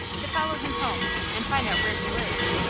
to follow him home, and find out where he lives.